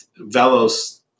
Velos